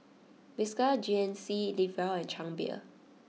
Vespa G N C Live Well and Chang Beer